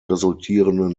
resultierenden